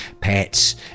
pets